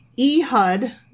Ehud